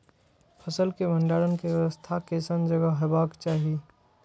फसल के भंडारण के व्यवस्था केसन जगह हेबाक चाही?